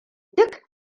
duk